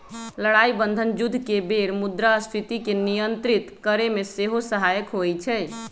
लड़ाइ बन्धन जुद्ध के बेर मुद्रास्फीति के नियंत्रित करेमे सेहो सहायक होइ छइ